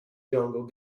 jungle